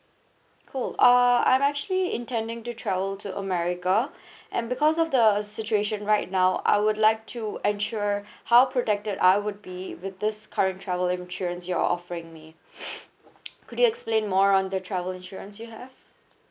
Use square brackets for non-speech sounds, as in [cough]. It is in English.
cool err I'm actually intending to travel to america and because of the situation right now I would like to ensure how protected I would be with this current travel insurance you're offering me [noise] could you explain more on the travel insurance you have